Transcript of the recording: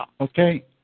okay